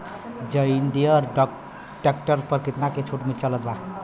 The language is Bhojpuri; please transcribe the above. जंडियर ट्रैक्टर पर कितना के छूट चलत बा?